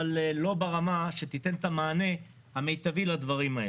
אבל לא ברמה שתיתן את המענה המיטבי לדברים האלה.